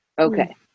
okay